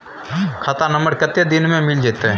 खाता नंबर कत्ते दिन मे मिल जेतै?